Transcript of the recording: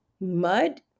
mud